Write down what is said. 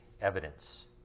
evidence